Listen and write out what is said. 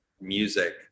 music